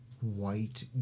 white